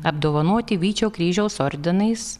apdovanoti vyčio kryžiaus ordinais